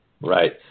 Right